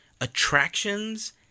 attractions